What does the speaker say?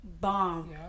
bomb